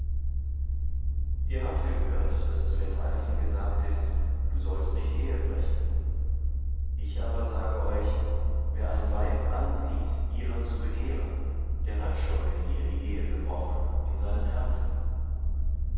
ihr habt gehört daß zu den alten gesagt ist du sollst nicht ehebrechen ich aber sage euch wer ein weib ansieht ihrer zu begehren der hat schon mit ihr die ehe gebrochen in seinem herzen